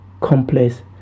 complex